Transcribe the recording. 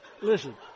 listen